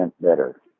better